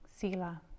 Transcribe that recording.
sila